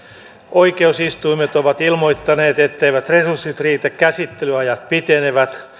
oikeusistuimet ovat ilmoittaneet etteivät resurssit riitä ja käsittelyajat pitenevät